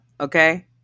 okay